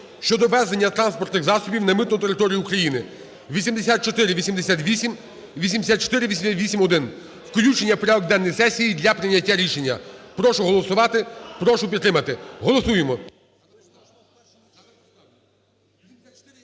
щодо ввезення транспортних засобів на митну територію України (8488, 8488-1) – включення в порядок денний сесії для прийняття рішення. Прошу голосувати, прошу підтримати. Голосуємо.